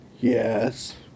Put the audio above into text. yes